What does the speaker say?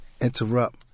interrupt